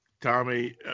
Tommy